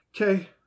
okay